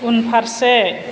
उनफारसे